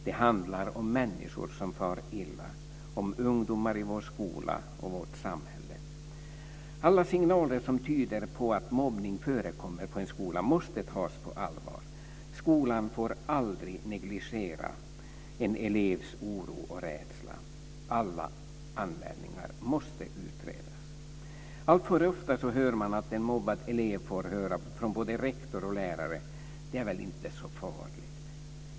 Det handlar om människor som far illa, om ungdomar i vår skola och i vårt samhälle. Alla signaler som tyder på att mobbning förekommer på en skola måste tas på allvar. Skolan får aldrig negligera en elevs oro och rädsla. Alla anmälningar måste utredas. Alltför ofta hör man att en mobbad elev får höra från både rektor och lärare: Det är väl inte så farligt.